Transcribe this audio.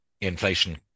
inflation